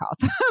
calls